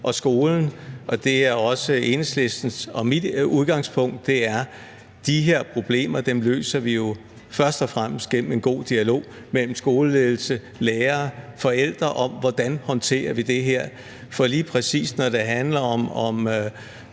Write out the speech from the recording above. og skolen, og det er også Enhedslistens og mit udgangspunkt: De her problemer løser vi jo først og fremmest gennem en god dialog mellem skoleledelse, lærere og forældre om, hvordan man håndterer det. For lige præcis når det handler om